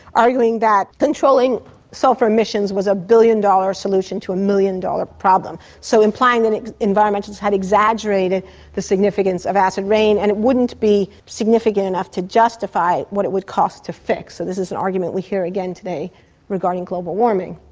arguing that controlling sulphur emissions was a billion dollar solution to a million dollar problem, so implying that environmentalists had exaggerated the significance of acid rain, and it wouldn't be significant enough to justify what it would cost to fix. so this is an argument we hear again today regarding global warming.